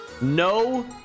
No